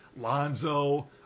Lonzo